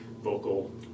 vocal